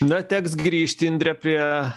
na teks grįžti indre prie